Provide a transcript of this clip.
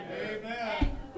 Amen